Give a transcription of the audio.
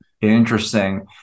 Interesting